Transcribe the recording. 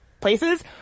places